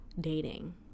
dating